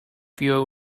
fewer